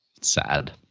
Sad